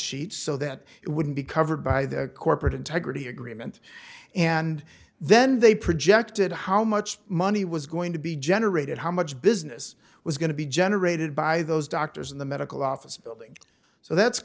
sheets so that it wouldn't be covered by their corporate integrity agreement and then they projected how much money was going to be generated how much business was going to be generated by those doctors in the medical office building so that's